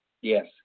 Yes